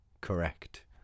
correct